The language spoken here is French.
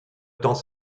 temps